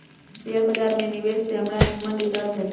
share बाजार में निवेश से हमरा निम्मन रिटर्न भेटल